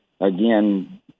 again